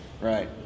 Right